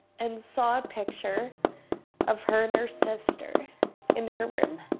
and saw a picture of her and her sister in her room,